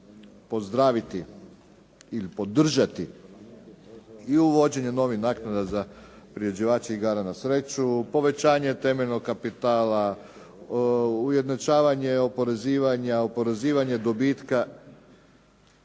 pozdraviti ili podržati i uvođenje novih naknada za priređivače igara na sreću, povećanje temeljnog kapitala, ujednačavanje oporezivanja,